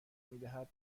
میدهد